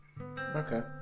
Okay